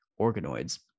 organoids